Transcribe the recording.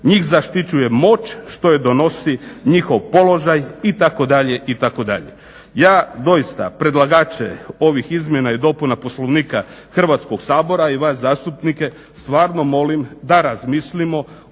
Njih zaštićuje moć što je donosi njihov položaj itd., itd. Ja doista predlagače ovih izmjena i dopuna Poslovnika Hrvatskog sabora i vas zastupnike stvarno molim da razmislimo